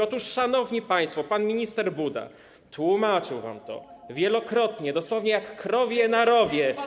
Otóż, szanowni państwo, pan minister Buda tłumaczył wam to wielokrotnie, dosłownie jak krowie na rowie.